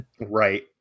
right